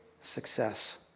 success